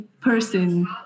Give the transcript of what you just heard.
person